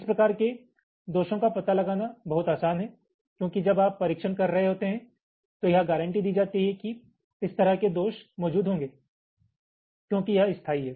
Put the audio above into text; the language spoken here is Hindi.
इस प्रकार के दोषों का पता लगाना बहुत आसान है क्योंकि जब आप परीक्षण कर रहे होते हैं तो यह गारंटी दी जाती है कि इस तरह के दोष मौजूद होंगे क्योंकि यह स्थायी है